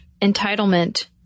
entitlement